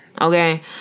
okay